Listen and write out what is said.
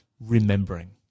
remembering